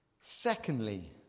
secondly